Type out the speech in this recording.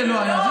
זה לא היה.